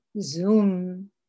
Zoom